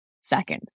second